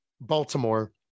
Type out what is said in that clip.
Baltimore